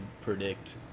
predict